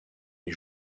les